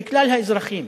לכלל האזרחים?